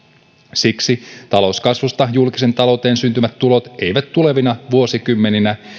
siksi talouskasvusta julkiseen talouteen syntyvät tulot eivät tulevina vuosikymmeninä